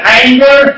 anger